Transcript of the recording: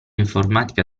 informatica